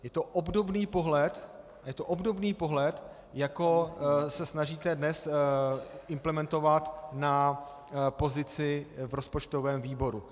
Je to obdobný pohled, je to obdobný pohled, jako se snažíte dnes implementovat na pozici v rozpočtovém výboru.